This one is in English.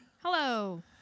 Hello